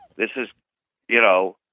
this is you know,